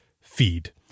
feed